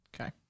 Okay